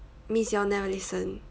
means you all never listen